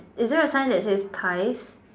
is there a sign that says ice